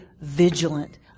vigilant